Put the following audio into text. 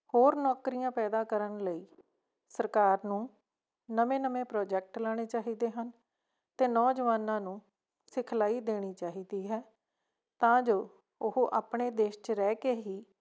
ਹੋਰ ਨੌਕਰੀਆਂ ਪੈਦਾ ਕਰਨ ਲਈ ਸਰਕਾਰ ਨੂੰ ਨਵੇਂ ਨਵੇਂ ਪ੍ਰੋਜੈਕਟ ਲਾਣੇ ਚਾਹੀਦੇ ਹਨ ਅਤੇ ਨੌਜਵਾਨਾਂ ਨੂੰ ਸਿਖਲਾਈ ਦੇਣੀ ਚਾਹੀਦੀ ਹੈ ਤਾਂ ਜੋ ਉਹ ਆਪਣੇ ਦੇਸ਼ 'ਚ ਰਹਿ ਕੇ ਹੀ